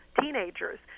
teenagers